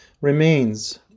remains